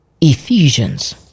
Ephesians